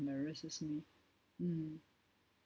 embarrasses me mm